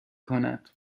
کند